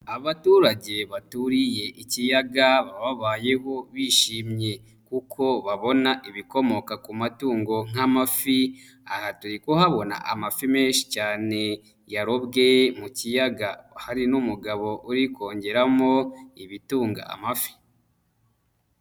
Abaturage baturiye ikiyaga baba babayeho bishimye kuko babona ibikomoka ku matungo nk'amafi, aha turi kuhabona amafi menshi cyane yarobwe mu kiyaga hari n'umugabo uri kongeramo ibitunga amafi.